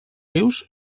rius